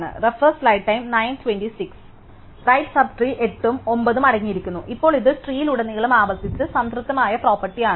right subtree 8 ഉം 9 ഉം അടങ്ങിയിരിക്കുന്നു ഇപ്പോൾ ഇത് ട്രീ ലുടനീളം ആവർത്തിച്ച് സംതൃപ്തമായ പ്രോപ്പർട്ടി ആണ്